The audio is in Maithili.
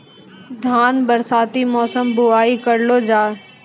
धान बरसाती मौसम बुवाई करलो जा?